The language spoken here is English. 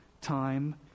time